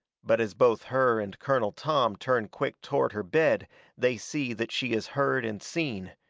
but as both her and colonel tom turn quick toward her bed they see that she has heard and seen,